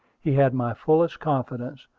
he had my fullest confidence,